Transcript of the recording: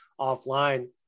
offline